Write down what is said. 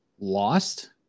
lost